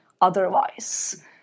otherwise